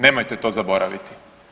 Nemojte to zaboraviti.